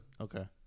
Okay